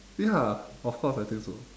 ya of course I think so